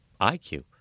IQ